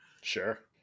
Sure